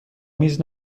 میز